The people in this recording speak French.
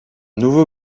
nouveau